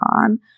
on